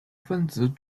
分子